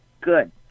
good